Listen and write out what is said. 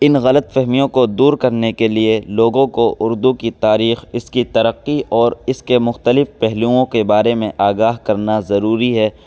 ان غلط فہمیوں کو دور کرنے کے لیے لوگوں کو اردو کی تاریخ اس کی ترقی اور اس کے مختلف پہلوؤں کے بارے میں آگاہ کرنا ضروری ہے